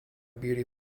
beauty